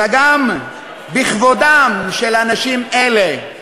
אלא גם בכבודם של אנשים אלה,